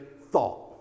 thought